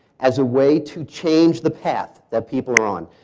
as a way to change the path that people are on.